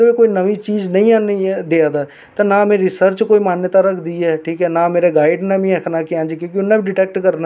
मेरे डैडी औरे गै आखेआ हा जिसले लोक कुछ गल्ला करदे है अस वी घार चुप करिये बेहियै सुनना शुरु होई जंदे है और अस चुप गुम होई जंदी ही